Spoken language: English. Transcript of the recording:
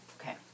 Okay